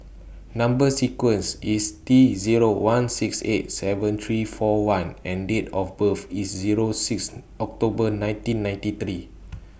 Number sequence IS T Zero one six eight seven three four one and Date of birth IS Zero six October nineteen ninety three